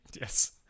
Yes